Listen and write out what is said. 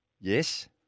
Yes